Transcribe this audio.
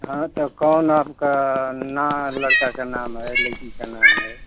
हाँ तो कौन आपका ना लड़का का नाम है लड़की का नाम है